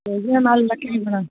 எவ்வளோ நாள்லாம் க்ளீன் பண்ணாம